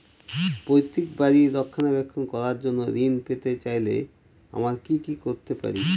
পৈত্রিক বাড়ির রক্ষণাবেক্ষণ করার জন্য ঋণ পেতে চাইলে আমায় কি কী করতে পারি?